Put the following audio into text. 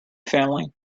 family